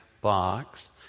box